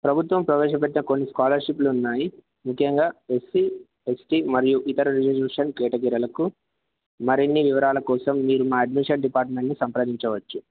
ప్రభుత్వం ప్రవేశపెట్టె కొన్ని స్కాలర్షిప్లు ఉన్నాయి ముఖ్యంగా ఎస్సి ఎస్టి మరియు ఇతర రిజర్వేషన్ కేటగరీలకు మరిన్ని వివరాల కోసం మీరు మా అడ్మిషన్ డిపార్ట్మెంట్ని సంప్రదించవచ్చు